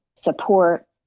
support